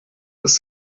ist